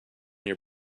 your